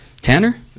Tanner